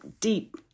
deep